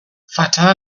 fatxada